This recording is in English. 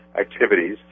activities